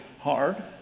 hard